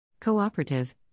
Cooperative